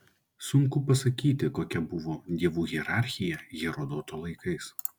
sunku pasakyti kokia buvo dievų hierarchija herodoto laikais